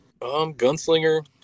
Gunslinger